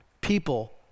people